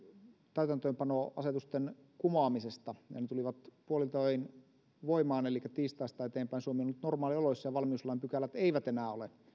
täytäntöönpanoasetusten kumoamisesta ja ne tulivat puoliltaöin voimaan elikkä tiistaista eteenpäin suomi on ollut normaalioloissa ja valmiuslain pykälät eivät enää ole